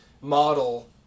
model